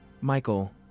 Michael